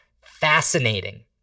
fascinating